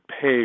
pay